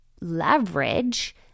leverage